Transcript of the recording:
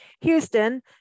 Houston